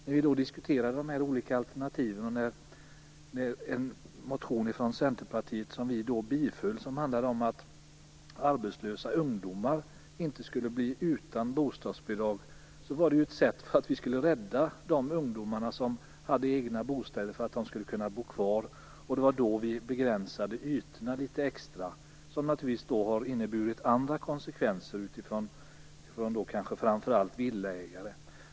När vi diskuterade de olika alternativen och en motion från Centerpartiet som vi biföll, och som handlade om att arbetslösa ungdomar inte skulle bli utan bostadsbidrag, var det ju ett sätt att rädda de ungdomar som hade egna bostäder så att de skulle kunna bo kvar. Då begränsade vi ytorna litet extra. Det har naturligtvis inneburit andra konsekvenser för kanske framför allt villaägare.